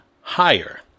higher